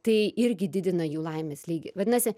tai irgi didina jų laimės lygį vadinasi